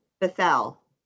Bethel